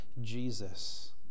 Jesus